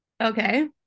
okay